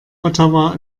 ottawa